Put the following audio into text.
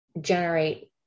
generate